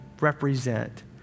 represent